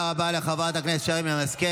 מה עם שלום עכשיו,